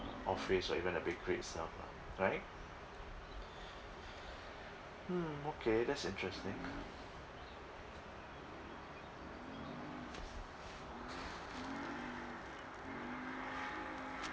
office or even a bakery itself lah right hmm okay that's interesting